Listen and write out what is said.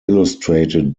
illustrated